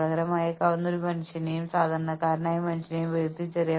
അതിനാൽ ആളുകൾ ചിലപ്പോൾ പരസ്പരം താഴ്ത്തിക്കെട്ടുന്നു